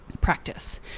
practice